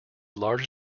large